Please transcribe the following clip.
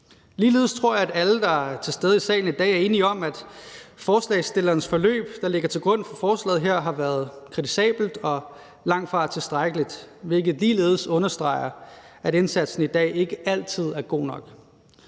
Ligeledes tror jeg, at alle, der er til stede i salen i dag, er enige om, at forslagsstillerens forløb, der ligger til grund for forslaget her, har været kritisabelt og langtfra tilstrækkeligt, hvilket ligeledes understreger, at indsatsen i dag ikke altid er god nok.